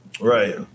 Right